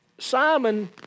Simon